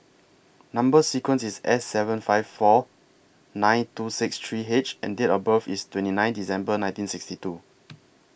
Number sequence IS S seven five four nine two six three H and Date of birth IS twenty nine December nineteen sixty two